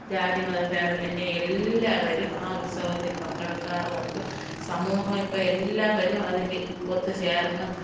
ജാതിമതഭേദമെന്യെ എല്ലാവരും ആ ഉത്സവത്തിൽ പങ്കെടുക്കാറുമുണ്ട് സമൂഹം ഇപ്പോൾ എല്ലാവരും അതിൽ ഒത്തു ചേർന്ന്